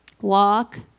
walk